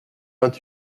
vingt